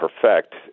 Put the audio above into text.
perfect